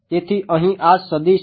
તેથી અહીં આ સદિશ છે